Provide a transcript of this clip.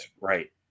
Right